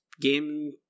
game